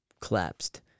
collapsed